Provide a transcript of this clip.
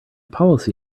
policy